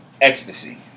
ecstasy